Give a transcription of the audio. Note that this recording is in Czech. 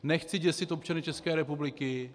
Nechci děsit občany České republiky.